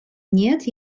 нет